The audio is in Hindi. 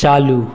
चालू